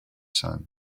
son